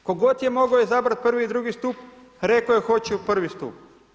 Tko god je mogao izabrati prvi i drugi stup, rekao je hoću u prvi stup.